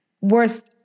worth